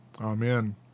Amen